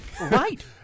right